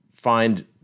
find